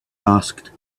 asked